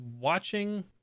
watching